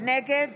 נגד